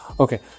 Okay